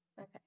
Okay